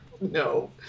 no